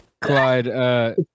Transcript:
Clyde